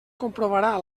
comprovarà